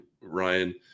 Ryan